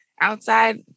outside